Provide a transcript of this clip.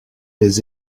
les